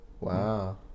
Wow